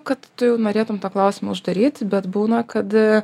kad tu jau norėtum tą klausimą uždaryti bet būna kad